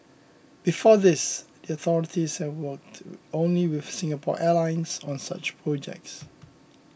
before this the authorities have worked only with Singapore Airlines on such projects